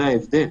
זה ההבדל.